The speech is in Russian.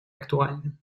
актуальным